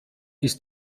ist